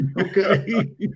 Okay